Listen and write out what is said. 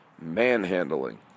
manhandling